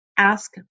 ask